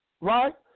Right